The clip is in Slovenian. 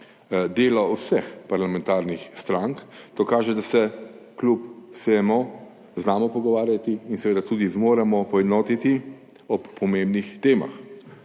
delo vseh parlamentarnih strank. To kaže, da se kljub vsemu znamo pogovarjati in seveda tudi zmoremo poenotiti o pomembnih temah,